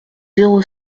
zéro